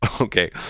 Okay